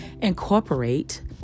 incorporate